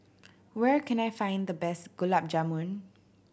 where can I find the best Gulab Jamun